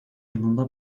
yılında